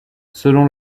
selon